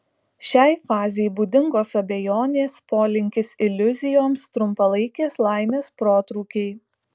šiai fazei būdingos abejonės polinkis iliuzijoms trumpalaikės laimės protrūkiai